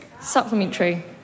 Supplementary